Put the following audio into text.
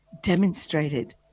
demonstrated